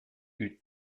eut